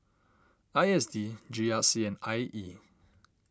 I S D G R C and I E